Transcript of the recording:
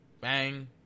Bang